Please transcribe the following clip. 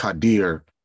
Kadir